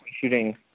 shooting